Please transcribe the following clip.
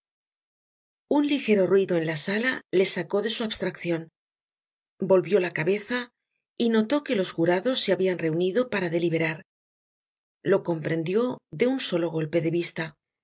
un ligero ruido en la sala le sacó de su abstraccion volvió lacabeza y notó que los jurados se habian reunido para deliberar lo comprendió de pn solo golpe de vista